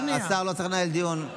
השר לא צריך לנהל דיון.